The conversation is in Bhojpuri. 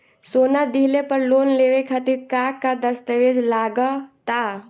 सोना दिहले पर लोन लेवे खातिर का का दस्तावेज लागा ता?